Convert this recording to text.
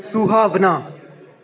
ਸੁਹਾਵਣਾ